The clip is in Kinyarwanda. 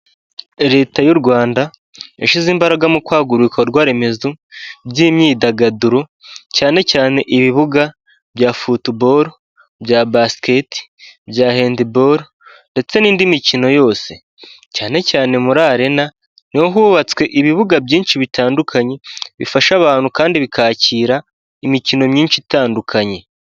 Leta y'u Rwanda yashyize imbaraga mu kwagura ibikorwa remezo by'imyidagaduro cyane cyane ibibuga bya futubolo bya basiketibolo bya handibolo ndetse n'indi mikino yose cyane cyane muri Arena niho hubatswe ibibuga byinshi bitandukanye bifasha abantu kandi bikakira imikino myinshi itandukanye.